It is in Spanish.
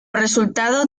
resultado